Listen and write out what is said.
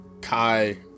kai